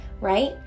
right